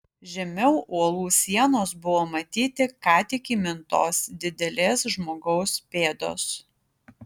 žemiau uolų sienos buvo matyti ką tik įmintos didelės žmogaus pėdos